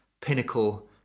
pinnacle